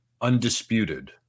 undisputed